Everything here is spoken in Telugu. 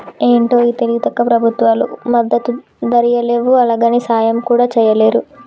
ఏంటో ఈ తెలివి తక్కువ ప్రభుత్వాలు మద్దతు ధరియ్యలేవు, అలాగని సాయం కూడా చెయ్యలేరు